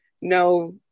no